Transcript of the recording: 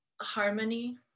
Harmony